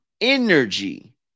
energy